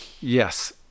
Yes